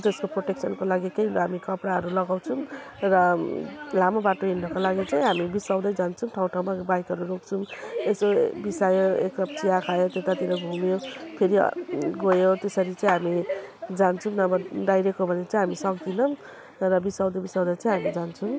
त्यसको प्रोटेक्सनको लागि त्यही भएर कपडाहरू लगाउछौँ र लामो बाटो हिँड्नको लागि चाहिँ हामी बिसाउँदै जान्छौँ ठाउँ ठाउँमा बाइकहरू रोक्छौँ यसो बिसायो एक कप चिया खायो त्यतातिर घुम्यो फेरि गयो त्यसरी चाहिँ हामी जान्छौँ नभए डाइरेक्ट गयो भने चाहिँ हामी सक्दैनौँ र बिसाउँदै बिसाउँदै चाहिँ हामी जान्छौँ